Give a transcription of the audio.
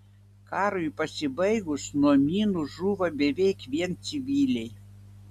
karui pasibaigus nuo minų žūva beveik vien civiliai